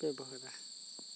ᱵᱮᱵᱦᱟᱨᱟ